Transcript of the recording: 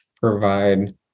provide